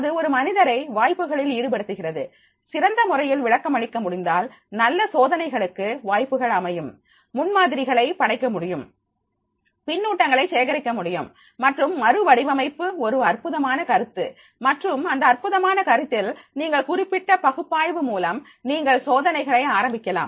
அது ஒரு மனிதரை வாய்ப்புகளில் ஈடுபடுத்துகிறது சிறந்த முறையில் விளக்கம் அளிக்க முடிந்தால் நல்ல சோதனைகளுக்கு வாய்ப்புகள் அமையும்முன்மாதிரிகளை படைக்க முடியும் பின்னூட்டங்களை சேகரிக்க முடியும் மற்றும் மறு வடிவமைப்பு ஒரு அற்புதமான கருத்து மற்றும் இந்த அற்புதமான கருத்தில் நீங்கள் குறிப்பிட்ட பகுப்பாய்வு மூலம் நீங்கள் சோதனைகளை ஆரம்பிக்கலாம்